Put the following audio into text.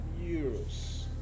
euros